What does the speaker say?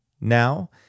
now